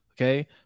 Okay